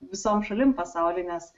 visom šalin pasauly nes